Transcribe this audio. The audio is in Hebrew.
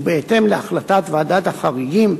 ובהתאם להחלטת ועדת החריגים,